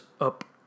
up